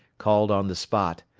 called on the spot,